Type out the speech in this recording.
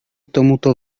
tomuto